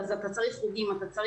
אתה צריך תנועה,